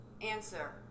Answer